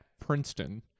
Princeton